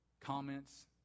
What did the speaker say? comments